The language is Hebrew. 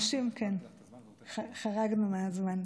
חרגנו מהזמן.